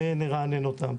ונרענן אותם.